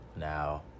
Now